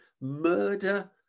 murder